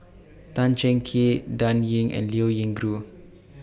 Tan Cheng Kee Dan Ying and Liao Yingru